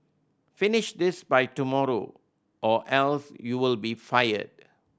finish this by tomorrow or else you will be fired